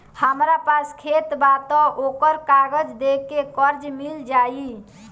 हमरा पास खेत बा त ओकर कागज दे के कर्जा मिल जाई?